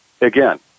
again